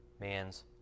man's